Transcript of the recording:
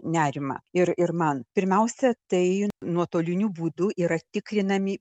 nerimą ir ir man pirmiausia tai nuotoliniu būdu yra tikrinami